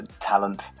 talent